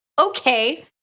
okay